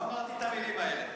לא אמרתי את המלים האלה.